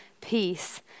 peace